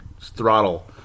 throttle